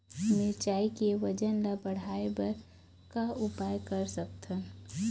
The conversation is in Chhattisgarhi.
मिरचई के वजन ला बढ़ाएं बर का उपाय कर सकथन?